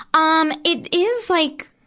um it is like,